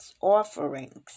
offerings